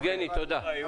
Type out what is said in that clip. יבגני, תודה.